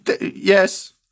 Yes